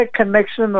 connection